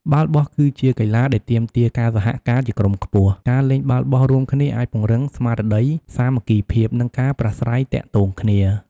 បាល់បោះគឺជាកីឡាដែលទាមទារការសហការជាក្រុមខ្ពស់ ការលេងបាល់បោះរួមគ្នាអាចពង្រឹងស្មារតីសាមគ្គីភាព និងការប្រាស្រ័យទាក់ទងគ្នា។